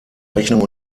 rechnung